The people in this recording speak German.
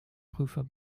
prüfer